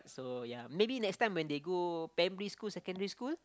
so yea maybe next time when they go primary school secondary school